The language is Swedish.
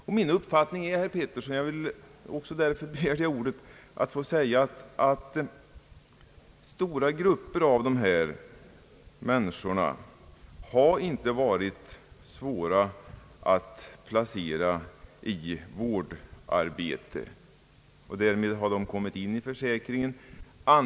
Jag begärde också ordet, herr Petersson, för att deklarera min uppfattning att det inte har varit svårt att placera stora grupper inom vårdarbete, och därmed har de blivit försäkrade.